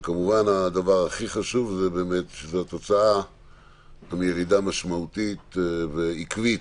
וכמובן הדבר הכי חשוב זה התוצאה של ירידה משמעותית ועקבית